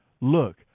Look